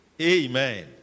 Amen